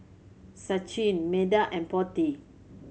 Sachin Medha and Potti